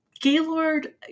Gaylord